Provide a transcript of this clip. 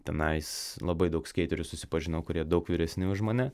tenais labai daug skeiterių susipažinau kurie daug vyresni už mane